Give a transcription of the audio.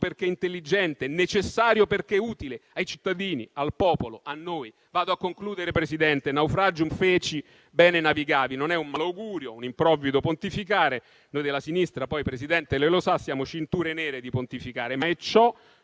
perché intelligente, e necessario, perché utile ai cittadini, al popolo e a noi. Vado a concludere, signor Presidente. *Naufragium feci, bene navigavi*: non è un malaugurio o un improvvido pontificare (noi della sinistra, poi - Presidente, lei lo sa - siamo cinture nere nel pontificare), ma è ciò